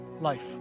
life